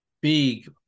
big